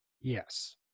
Yes